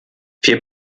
wir